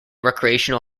recreational